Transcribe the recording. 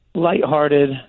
Lighthearted